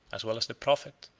as well as the profit,